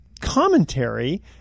commentary